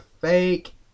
fake